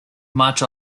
much